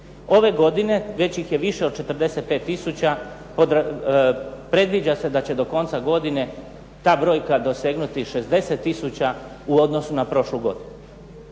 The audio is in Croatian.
Ove godine već ih je više od 45000. Predviđa se da će do konca godine ta brojka dosegnuti 60000 u odnosu na prošlu godinu.